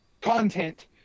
content